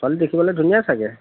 ছোৱালী দেখিবলে ধুনীয়া চাগে